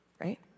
right